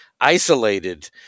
isolated